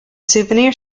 souvenir